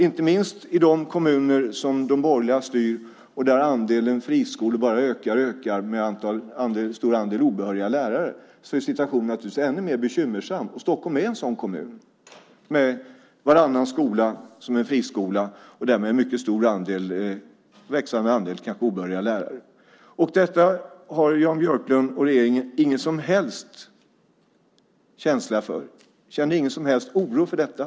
I de kommuner som de borgerliga styr, där andelen friskolor bara ökar och ökar, med en stor andel obehöriga lärare, är situationen naturligtvis ännu mer bekymmersam. Stockholm är en sådan kommun. Varannan skola är friskola och därmed är en mycket stor andel, kanske en växande andel, obehöriga lärare. Detta har Jan Björklund och regeringen ingen som helst känsla för. Man känner ingen som helst oro för detta.